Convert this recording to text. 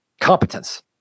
competence